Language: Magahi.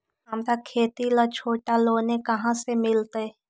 हमरा खेती ला छोटा लोने कहाँ से मिलतै?